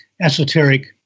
esoteric